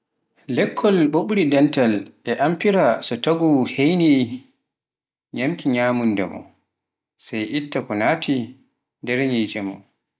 lekkon ɓuuɓri dental e amfira so taagu heyni nyaamki nyameteɗun, sai itta ko naati nde nyicce mun